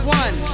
one